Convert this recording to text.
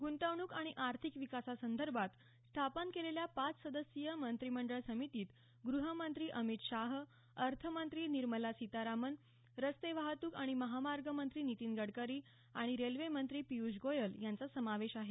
गुंतवणूक आणि आर्थिक विकासासंदर्भात स्थापन केलेल्या पाच सदस्यीय मंत्रिमंडळ समितीत गृह मंत्री अमित शाह अर्थमंत्री निर्मला सीतारामन रस्ते वाहतूक आणि महामार्ग मंत्री नितीन गडकरी आणि रेल्वे मंत्री पियूष गोयल यांचा समावेश आहे